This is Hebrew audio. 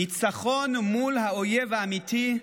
ניצחון מול האויב האמיתי,